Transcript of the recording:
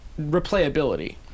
replayability